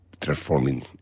Transforming